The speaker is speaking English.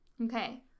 Okay